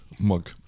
mug